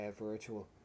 virtual